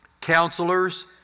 counselors